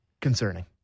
concerning